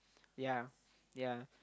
ya ya